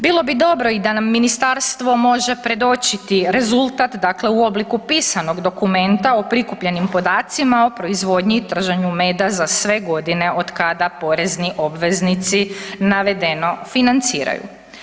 Bilo bi dobro i da nam ministarstvo može predočiti rezultat, dakle u obliku pisanog dokumenta o prikupljenim podacima o proizvodnji i trženju meda za sve godine od kada porezni obveznici navedeno financiraju.